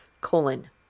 Colon